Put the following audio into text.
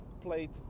played